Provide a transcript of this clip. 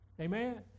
Amen